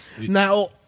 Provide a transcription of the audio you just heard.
Now